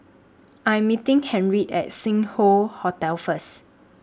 I Am meeting Harriett At Sing Hoe Hotel First